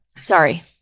Sorry